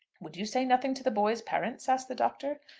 would you say nothing to the boys' parents? asked the doctor.